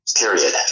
period